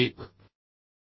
1